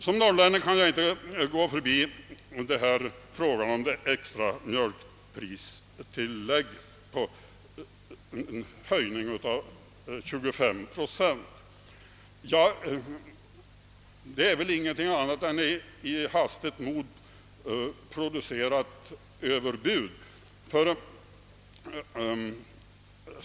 Som norrlänning kan jag inte förbigå frågan om höjning av mjölkpristillägget med 25 procent. Denna siffra är väl ingenting annat än ett i hastigt mod producerat överbud.